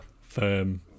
firm